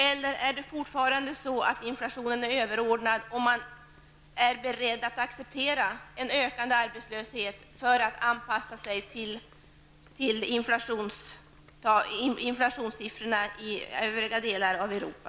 Eller är det fortfarande så att inflationen är överordnad och att man är beredd att acceptera en ökande arbetslöshet för att anpassa sig till inflationssiffrorna i övriga delar av Europa?